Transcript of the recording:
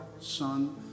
Son